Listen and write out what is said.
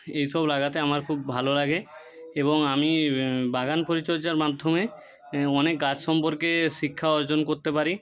এইসব লাগাতে আমার খুব ভালো লাগে এবং আমি বাগান পরিচর্যার মাধ্যমে অনেক গাছ সম্পর্কে শিক্ষা অর্জন করতে পারি